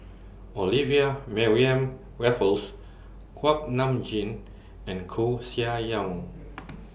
Olivia Mariamne Raffles Kuak Nam Jin and Koeh Sia Yong